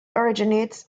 originates